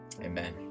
Amen